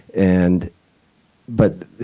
and but,